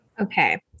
Okay